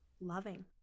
loving